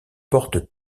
porte